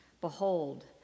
Behold